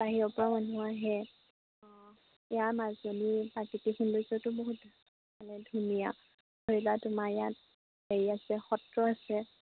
বাহিৰৰ পৰা মানুহ আহে ইয়াৰ মাজুলী প্ৰাকৃতিক সৌন্দৰ্যটো বহুত মানে ধুনীয়া ধৰি লোৱা তোমাৰ ইয়াত হেৰি আছে সত্ৰ আছে